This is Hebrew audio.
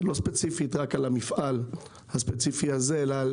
לא ספציפית רק על המפעל הספציפי הזה, אלא על